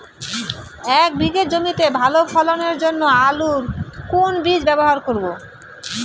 এক বিঘে জমিতে ভালো ফলনের জন্য আলুর কোন বীজ ব্যবহার করব?